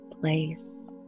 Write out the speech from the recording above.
place